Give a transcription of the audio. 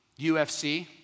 UFC